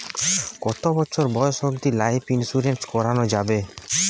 কতো বছর বয়স অব্দি লাইফ ইন্সুরেন্স করানো যাবে?